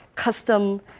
Custom